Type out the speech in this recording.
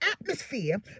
atmosphere